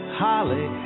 holly